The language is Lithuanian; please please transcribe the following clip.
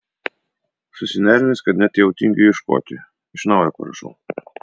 susinervinęs kad net jau tingiu ieškoti iš naujo parašau